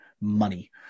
money